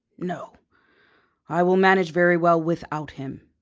no i will manage very well without him.